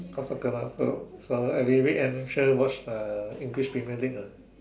watch soccer lah so so every weekend I make sure watch uh English premier league ah